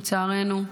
לצערנו,